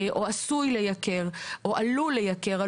או עשוי או עלול לייקר,